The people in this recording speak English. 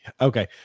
Okay